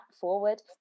forward